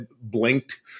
blinked